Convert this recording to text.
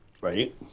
Right